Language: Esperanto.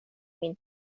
min